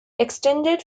extended